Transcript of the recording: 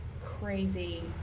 crazy